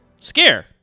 Scare